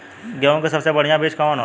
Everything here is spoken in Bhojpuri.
गेहूँक सबसे बढ़िया बिज कवन होला?